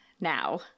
now